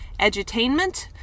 edutainment